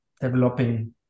developing